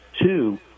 two